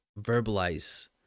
verbalize